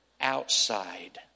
outside